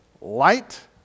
Light